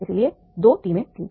इसलिए 2 टीमें थीं